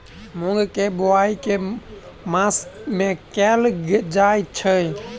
मूँग केँ बोवाई केँ मास मे कैल जाएँ छैय?